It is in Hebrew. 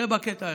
זה בקטע אחד.